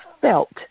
felt